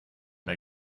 der